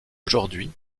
aujourd’hui